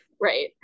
right